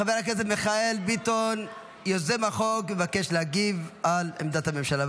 חבר הכנסת מיכאל ביטון יוזם החוק מבקש להגיב על עמדת הממשלה.